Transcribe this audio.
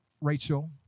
Rachel